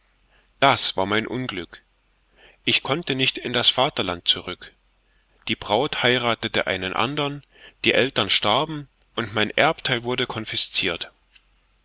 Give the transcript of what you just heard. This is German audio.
das war mein unglück ich konnte nicht in das vaterland zurück die braut heirathete einen andern die eltern starben und mein erbtheil wurde confiscirt